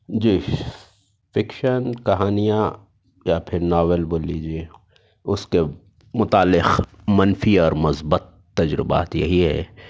جی fiction کہانیاں یا پھر ناول بول لیجئے اُس کے متعلق منفی اور مثبت تجربات یہی ہے